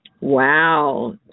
wow